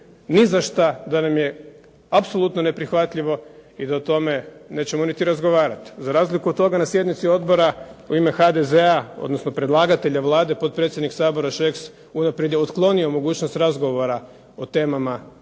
ni za šta da nam je apsolutno neprihvatljivo i da o tome nećemo niti razgovarati. Za razliku od toga na sjednici Odbora u ime HDZ-a, odnosno predlagatelja Vlade, potpredsjednik Sabora Šeks unaprijed je otklonio mogućnost razgovora o temama iz